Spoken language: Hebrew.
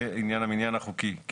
זה עניין המניין החוקי.